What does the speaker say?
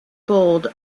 bold